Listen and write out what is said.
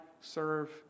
serve